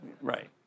right